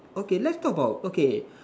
okay let's talk about okay